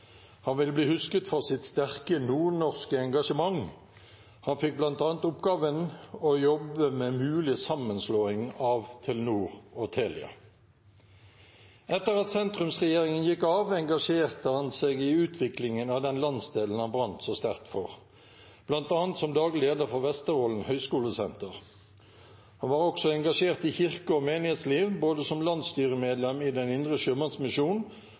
Han vil bli husket for sitt sterke nordnorske engasjement. Han fikk bl.a. oppgaven med å jobbe med en mulig sammenslåing av Telenor og Telia. Etter at sentrumsregjeringen gikk av, engasjerte Dag Jostein Fjærvoll seg i utviklingen av den landsdelen han brant så sterkt for, bl.a. som daglig leder for Vesterålen Høgskolesenter. Han var også engasjert i kirke- og menighetsliv, både som landsstyremedlem i Den indre Sjømannsmisjon